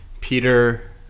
Peter